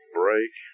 break